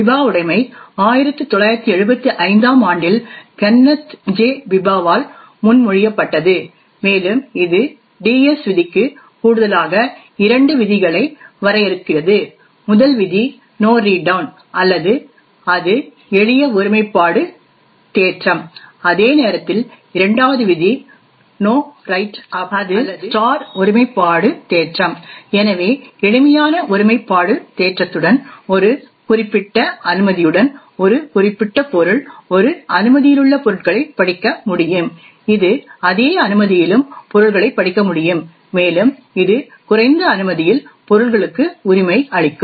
Biba உடைமை 1975 ஆம் ஆண்டில் கென்னத் ஜே பிபாவால் முன்மொழியப்பட்டது மேலும் இது டிஎஸ் விதிக்கு கூடுதலாக இரண்டு விதிகளை வரையறுக்கிறது முதல் விதி நோ ரீட் டவுன் அல்லது அது எளிய ஒருமைப்பாடு தேற்றம் அதே நேரத்தில் இரண்டாவது விதி நோ ரைட் அப் அல்லது அது ஸ்டார் ஒருமைப்பாடு தேற்றம் எனவே எளிமையான ஒருமைப்பாடு தேற்றத்துடன் ஒரு குறிப்பிட்ட அனுமதியுடன் ஒரு குறிப்பிட்ட பொருள் ஒரு அனுமதியிலுள்ள பொருட்களைப் படிக்க முடியும் இது அதே அனுமதியிலும் பொருள்களைப் படிக்க முடியும் மேலும் இது குறைந்த அனுமதியில் பொருள்களுக்கு உரிமையளிக்கும்